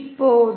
இப்போது